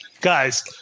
guys